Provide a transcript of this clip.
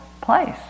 place